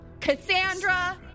Cassandra